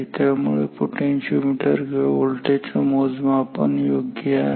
त्यामुळे पोटेन्शिओमीटर किंवा व्होल्टेजचं मोजमापन योग्य आहे